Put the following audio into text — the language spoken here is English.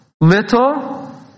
little